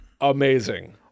Amazing